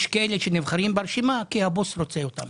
יש מי שנבחרים ברשימה כי הבוס רוצה אותם.